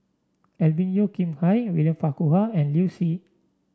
Alvin Yeo Khirn Hai William Farquhar and Liu Si